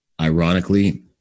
Ironically